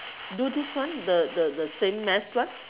do this one the the the same math class